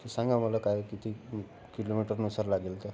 तर सांगा मला काय किती किलोमीटरनुसार लागेल ते